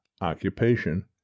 occupation